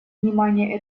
внимания